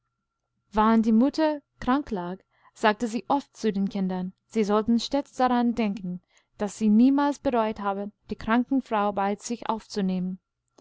wahrend die mutter krank lag sagte sie oft zu den kindern sie sollten stets daran denken daß sie niemals bereut habe die kranke frau bei sich aufzunehmen